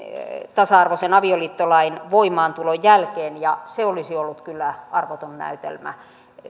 tasa arvoisen avioliittolain voimaantulon jälkeen ja se olisi ollut kyllä arvoton näytelmä